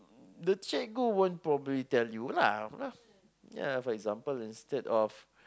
the cikgu won't probably tell you lah you know ya for example instead of